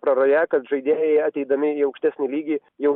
praraja kad žaidėjai ateidami į aukštesnį lygį jau